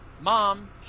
Mom